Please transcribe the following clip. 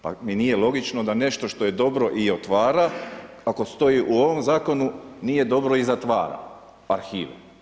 Pa mi nije logično da nešto što je dobro i otvara, ako stoji u ovom zakonu nije dobro i zatvara arhive.